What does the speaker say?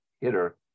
hitter